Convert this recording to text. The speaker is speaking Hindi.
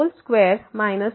whole square minus